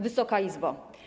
Wysoka Izbo!